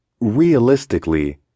Realistically